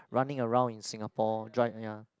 running around in Singapore dri~ ya